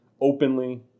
openly